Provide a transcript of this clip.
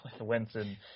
Winston